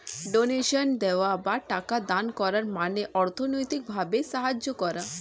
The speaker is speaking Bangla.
ডোনেশনে দেওয়া বা টাকা দান করার মানে অর্থনৈতিক ভাবে সাহায্য করা